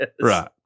Right